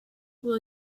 will